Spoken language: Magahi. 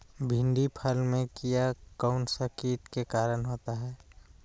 भिंडी फल में किया कौन सा किट के कारण होता है?